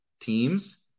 teams